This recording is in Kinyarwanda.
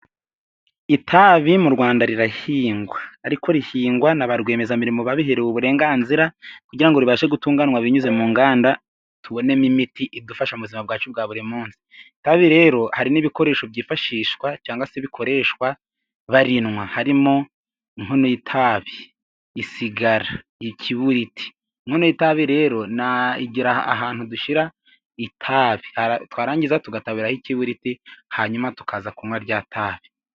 Itabi mu Rwanda rirahingwa ariko rihingwa na ba rwiyemezamirimo babiherewe uburenganzira, kugira ngo ribashe gutunganwa binyuze mu nganda tubonemo imiti idufasha mu buzima bwacu bwa buri munsi. Itabi rero hari n'ibikoresho byifashishwa cyangwa se bikoreshwa barinwa harimo inkono y'itabi, isigara, ikiburiti. Inkono y'itabi rero igira ahantu dushyira itabi twarangiza tugataburiraho ikibiriti, hanyuma tukaza kunywa rya tabi.